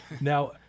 Now